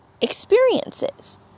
experiences